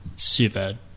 Super